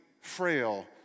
frail